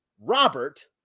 Robert